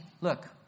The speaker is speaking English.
look